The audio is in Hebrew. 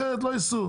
אחרת לא ייסעו.